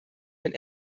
wenn